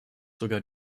sogar